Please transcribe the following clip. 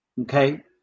okay